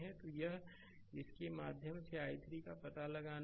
तो यह इसके माध्यम से i3 का पता लगाना है